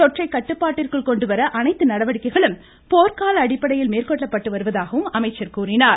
தொற்றை கட்டுப்பாட்டிற்குள் கொண்டுவர அனைத்து நடவடிக்கைகளும் போர்க்கால அடிப்படையில் மேற்கொள்ளப்பட்டு வருவதாகவும் அமைச்சர் கூறினார்